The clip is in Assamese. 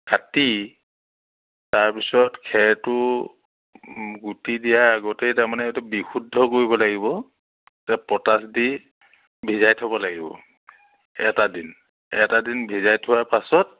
কাটি তাৰপিছত খেৰটো গুটি দিয়াৰ আগতেই তাৰমানে সেইটো বিশুদ্ধ কৰিব লাগিব তাত পটাছ দি ভিজাই থ'ব লাগিব এটা দিন এটা দিন ভিজাই থোৱাৰ পাছত